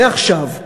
ועכשיו,